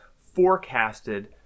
forecasted